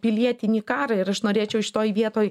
pilietinį karą ir aš norėčiau šitoj vietoj